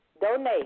Donate